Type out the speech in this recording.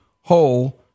whole